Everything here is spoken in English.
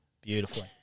beautifully